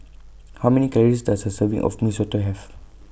How Many Calories Does A Serving of Mee Soto Have